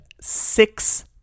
six